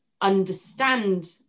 understand